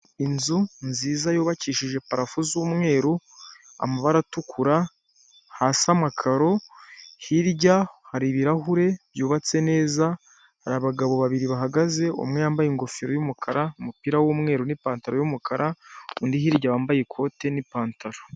Inzu nziza yubakishije parafu z'umweru amabara atukura, hasi amakaro, hirya hari ibirahure byubatse neza, hari abagabo babiri bahagaze umwe yambaye ingofero y'umukara umupira w'umweru n'ipantaro y'umukara, undi hirya wambaye ikote n'ipantaro.